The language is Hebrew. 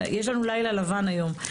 יש לנו לילה לבן היום.